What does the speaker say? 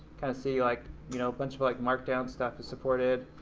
kind of see like, you know, bunch of like markdown stuff is supported,